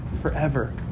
forever